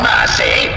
Mercy